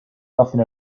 nothing